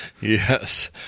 Yes